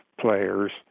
players